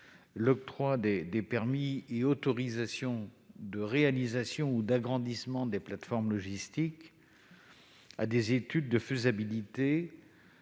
l'octroi des permis et autorisations de réalisation ou d'agrandissement des plateformes logistiques à la présentation